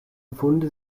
funde